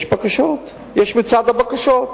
יש בקשות, יש מצעד בקשות.